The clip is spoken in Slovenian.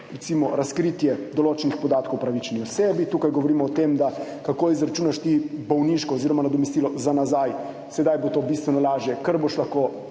recimo razkritje določenih podatkov o upravičeni osebi. Tukaj govorimo o tem, kako izračunati bolniško oziroma nadomestilo za nazaj, sedaj bo to bistveno lažje, ker boš lahko